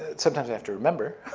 ah sometimes i have to remember.